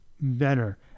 Better